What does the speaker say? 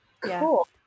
Cool